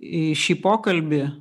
į šį pokalbį